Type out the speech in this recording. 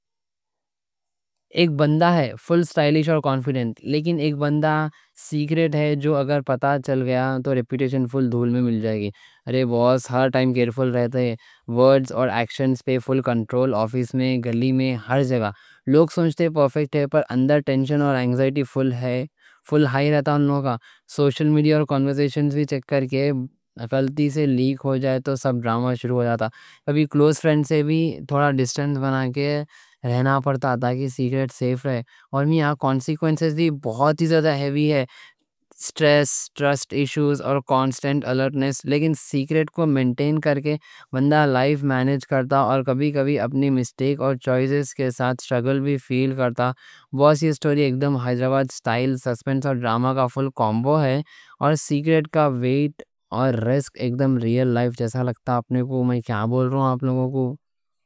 ایک بندہ ہے فل اسٹائلش اور کانفیڈنٹ، لیکن ایک بندہ سیکرٹ ہے جو اگر پتا چل گیا تو ریپیٹیشن فل دھول میں مل جائے گی۔ رے باس ہر ٹائم کیرفل رہتے ہیں، ورڈز اور ایکشنز پہ فل کنٹرول، آفس میں، گلی میں، ہر جگہ۔ لوگ سمجھتے پرفیکٹ ہے، پر اندر ٹینشن اور انزائٹی فل ہے، فل ہائی رہتا۔ ان لوگا سوشل میڈیا اور کنورسیشنز بھی چیک کر کے غلطی سے لیک ہو جائے تو سب ڈراما شروع ہو جاتا۔ کبھی کلوز فرینڈ سے بھی تھوڑا ڈسٹنس بنا کے رہنا پڑتا تھا کہ سیکرٹ سیف رہے۔ اور یہاں کانسیکوینسز بھی بہت ہی زیادہ ہیوی ہے، سٹریس، ٹرسٹ ایشیوز اور کانسٹینٹ الرٹنس۔ لیکن سیکرٹ کو مینٹین کر کے بندہ لائف مینج کرتا، اور کبھی کبھی اپنی مسٹیک اور چوائسز کے ساتھ سٹرگل بھی فیل کرتا۔ بہت سی سٹوری اگدم حیدرآباد اسٹائل سسپنس اور ڈراما کا فل کومبو ہے، اور سیکرٹ کا ویٹ اور رسک اگدم ریل لائف جیسا لگتا اپنے کو۔ میں کیا بول رہا ہوں آپ لوگوں کو؟